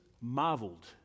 marveled